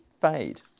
fade